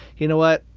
you know what?